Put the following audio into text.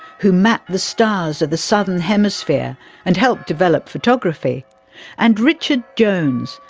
who mapped the stars of the southern hemisphere and helped develop photography and richard jones,